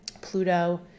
Pluto